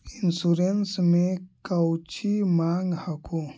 Insurance मे कौची माँग हको?